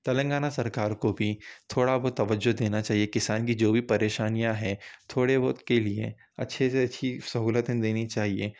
تلنگانہ سرکار کو بھی تھوڑا بہت توجہ دینا چاہیے کسان کی جو بھی پریشانیاں ہیں تھوڑے بہت کے لیے اچھے سے اچھی سہولتیں دینی چاہیے